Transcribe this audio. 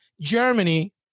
Germany